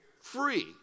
free